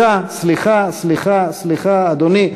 סליחה, סליחה, סליחה, סליחה, סליחה, אדוני.